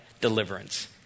deliverance